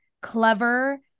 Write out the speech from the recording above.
clever